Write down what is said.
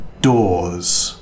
doors